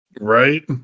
Right